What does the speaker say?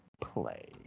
play